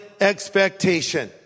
expectation